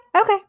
Okay